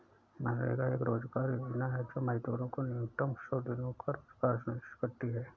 मनरेगा एक रोजगार योजना है जो मजदूरों को न्यूनतम सौ दिनों का रोजगार सुनिश्चित करती है